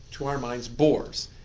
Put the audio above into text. to our minds, boars,